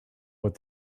what